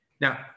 Now